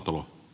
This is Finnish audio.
puhemies